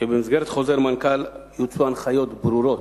שבמסגרת חוזר מנכ"ל יוצאו הנחיות ברורות.